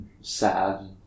sad